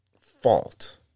fault